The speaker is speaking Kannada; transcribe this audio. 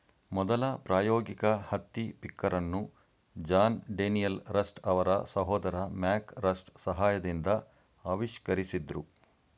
ಮೊದಲ ಪ್ರಾಯೋಗಿಕ ಹತ್ತಿ ಪಿಕ್ಕರನ್ನು ಜಾನ್ ಡೇನಿಯಲ್ ರಸ್ಟ್ ಅವರ ಸಹೋದರ ಮ್ಯಾಕ್ ರಸ್ಟ್ ಸಹಾಯದಿಂದ ಆವಿಷ್ಕರಿಸಿದ್ರು